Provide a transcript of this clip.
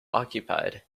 occupied